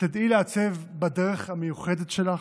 תדעי לעצב בדרך המיוחדת שלך,